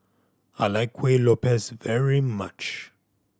I like kueh very much